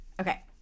okay